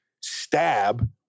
stab